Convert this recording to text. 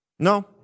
No